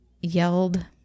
yelled